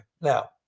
Now